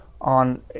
on